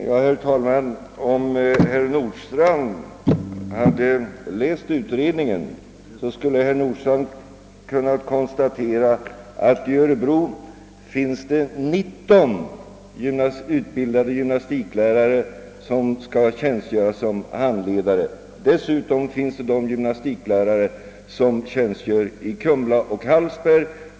Herr talman! Om herr Nordstrandh läst utredningen hade han kunnat konstatera, att det i Örebro finns 19 utbildade gymnastiklärare som kan tjänstgöra som handledare. Därtill kommer gymnastiklärarna i Kumla och Hallsberg.